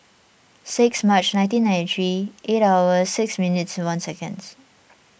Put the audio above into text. six March nineteen ninety three eight hours six minutes one seconds